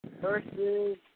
versus